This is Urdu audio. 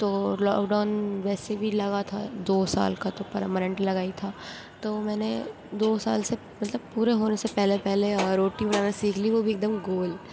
تو لاک ڈاؤن ویسے بھی لگا تھا دو سال کا تو پرمانینٹ لگا ہی تھا تو میں نے دو سال سے مطلب پورے ہونے سے پہلے پہلے روٹی بنانا سیکھ لی وہ بھی ایک دم گول